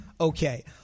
okay